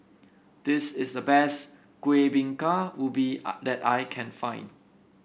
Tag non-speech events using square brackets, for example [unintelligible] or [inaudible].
this is the best Kuih Bingka Ubi [unintelligible] that I can find